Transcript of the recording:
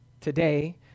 today